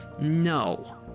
No